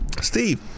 Steve